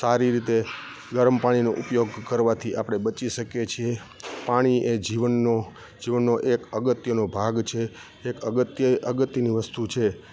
સારી રીતે ગરમ પાણીનો ઉપયોગ કરવાથી આપણે બચી શકીએ છીએ પાણીએ જીવનનો જીવનનો એક અગત્યનો ભાગ છે એક અગત્ય અગત્યની વસ્તુ છે